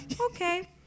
Okay